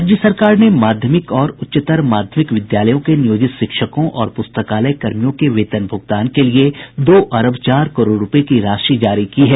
राज्य सरकार ने माध्यमिक और उच्चतर माध्यमिक विद्यालयों के नियोजित शिक्षकों और प्रस्तकालय कर्मियों के वेतन भूगतान के लिये दो अरब चार करोड़ रूपये की राशि जारी की है